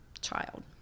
child